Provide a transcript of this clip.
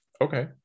Okay